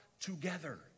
together